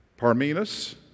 Parmenas